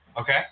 Okay